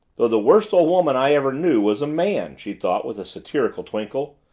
though the worst old woman i ever knew was a man! she thought with a satiric twinkle.